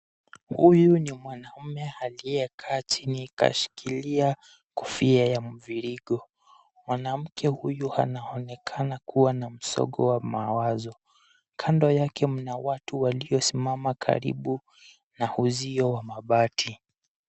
Huyu ni mwanaume aliyekaa chini kashikilia kofia ya mviringo. Mwanamke huyu anaonekana kuwa na msogo wa mawazo, kando yake mna watu waliosimama karibu na uzio wa mabati.